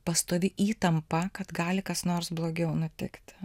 pastovi įtampa kad gali kas nors blogiau nutikti